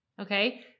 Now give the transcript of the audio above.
Okay